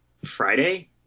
Friday